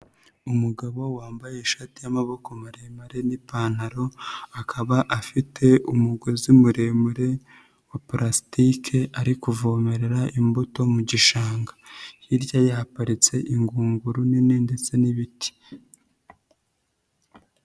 Umugabo wambaye ishati y'amaboko maremare n'ipantaro, akaba afite umugozi muremure wa palasitike ari kuvomerera imbuto mu gishanga, hirya ye haparitse ingunguru nini ndetse n'ibiti.